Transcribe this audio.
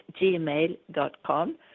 gmail.com